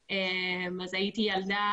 צה"ל.